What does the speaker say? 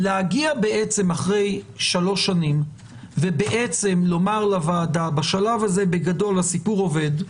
להגיע אחרי 3 שנים ולומר לוועדה שבשלב הזה בגדול הסיפור עובד,